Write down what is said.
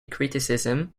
criticism